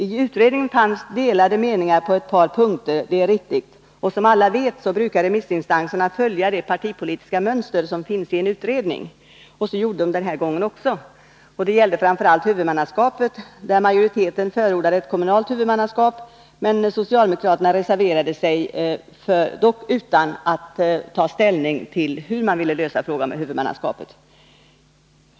I utredningen fanns delade meningar på ett par punkter; det är riktigt. Som alla vet brukar remissinstanserna följa det partipolitiska mönster som finns i en utredning, och så gjorde de denna gång också. Det gällde framför allt huvudmannaskapet, där majoriteten förordade ett kommunalt huvudmannaskap men socialdemokraterna reserverade sig, dock utan att ta ställning till hur de ville lösa den frågan.